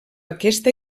aquesta